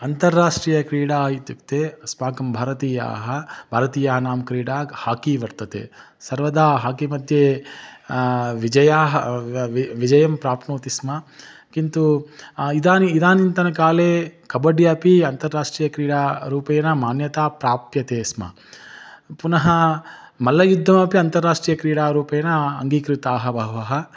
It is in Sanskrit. अन्ताराष्ट्रीयक्रीडा इत्युक्ते अस्माकं भारतीयाः भारतीयानां क्रीडा क हाकी वर्तते सर्वदा हाकीमध्ये विजयं व् वि विजयं प्राप्नोति स्म किन्तु इदानीम् इदानीन्तनकाले कब्बड्डि अपि अन्ताराष्ट्रीयक्रीडारूपेण मान्यता प्राप्यते स्म पुनः मल्लयुद्धमपि अन्ताराष्ट्रीयक्रीडारूपेण अङ्गीकृताभव